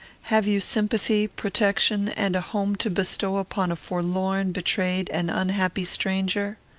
have you sympathy, protection, and a home to bestow upon a forlorn, betrayed, and unhappy stranger?